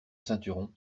ceinturon